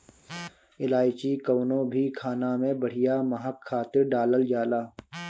इलायची कवनो भी खाना में बढ़िया महक खातिर डालल जाला